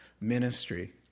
ministry